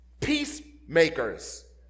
peacemakers